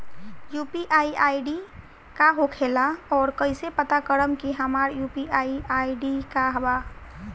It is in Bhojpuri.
यू.पी.आई आई.डी का होखेला और कईसे पता करम की हमार यू.पी.आई आई.डी का बा?